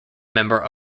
member